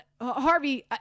Harvey